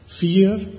fear